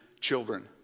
children